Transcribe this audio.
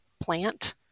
plant